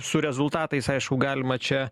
su rezultatais aišku galima čia